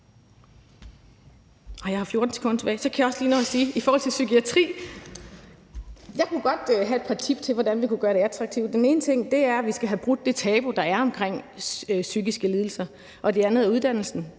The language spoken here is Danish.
Jeg har 14 sekunder tilbage. Så kan jeg lige nå at sige i forhold til psykiatri, at jeg godt kunne komme med et par tips til, hvordan vi kunne gøre det attraktivt. Den ene ting er, at vi skal have brudt det tabu, der er omkring psykiske lidelser. Den anden ting er uddannelsen,